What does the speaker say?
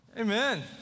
Amen